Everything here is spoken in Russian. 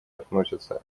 относятся